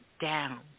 down